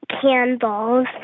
candles